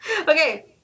Okay